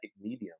medium